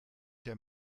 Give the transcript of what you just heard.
der